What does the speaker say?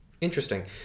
Interesting